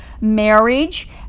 marriage